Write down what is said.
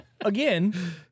Again